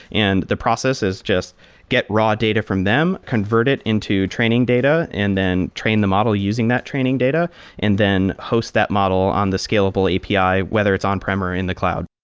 and the process is just get raw data from them, convert it into training data and then train the model using that training data and then host that model on the scalable api, whether it's on-prem or in the cloud.